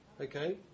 okay